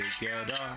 together